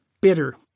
bitter